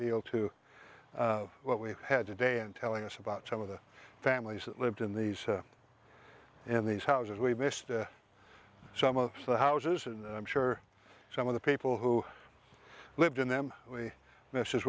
deal to what we had today and telling us about some of the families that lived in these and these houses we missed some of the houses and i'm sure some of the people who lived in them we m